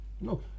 No